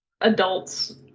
adults